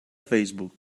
facebook